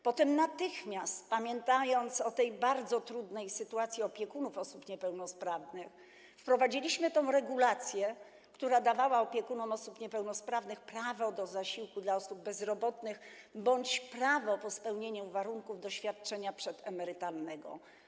Potem natychmiast - pamiętając o bardzo trudnej sytuacji opiekunów osób niepełnosprawnych - wprowadziliśmy regulację, która dawała opiekunom osób niepełnosprawnych prawo do zasiłku dla osób bezrobotnych bądź - po spełnieniu warunków - prawo do świadczenia przedemerytalnego.